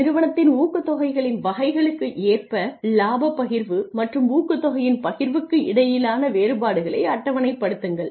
நிறுவனத்தின் ஊக்கத்தொகைகளின் வகைகளுக்கு ஏற்ப இலாப பகிர்வு மற்றும் ஊக்கத்தொகையின் பகிர்வுக்கு இடையிலான வேறுபாடுகளை அட்டவணைப்படுத்துங்கள்